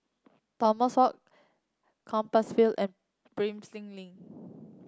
Thomas Compassvale and Prinsep Link